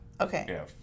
Okay